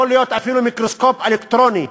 יכול להיות אפילו מיקרוסקופ אלקטרוני,